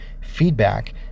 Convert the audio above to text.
feedback